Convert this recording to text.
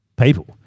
people